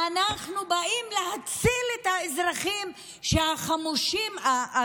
אנחנו באים להציל את האזרחים התושבים